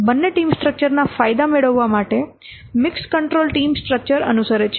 બંને team structure ના ફાયદા મેળવવા માટે મિક્સ કંટ્રોલ ટીમ સ્ટ્રક્ચર અનુસરે છે